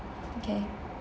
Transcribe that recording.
okay